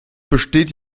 besteht